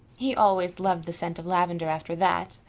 he always loved the scent of lavendar after that.